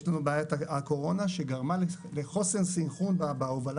יש לנו את בעיית הקורונה שגרמה לחוסר סינכרון בהובלה